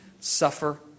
suffer